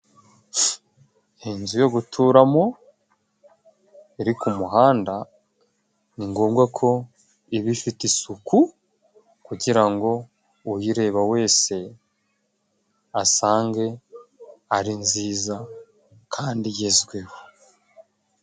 Inzu yo guturamo, iri ku muhanda ni ngombwa ko iba ifite isuku, kugira ngo uyireba wese asange ari nziza kandi igezweho.